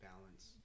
balance